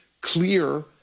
clear